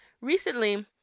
Recently